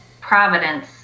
providence